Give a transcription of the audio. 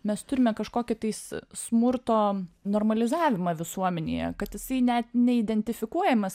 mes turime kažkokį tais smurto normalizavimą visuomenėje kad jisai net neidentifikuojamas